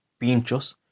pinchos